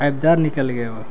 آبدار نکل گئے وہا